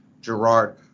Gerard